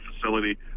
facility